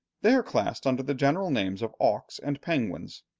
they are classed under the general names of auks and penguins.